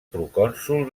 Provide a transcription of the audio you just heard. procònsol